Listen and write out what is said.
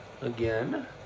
again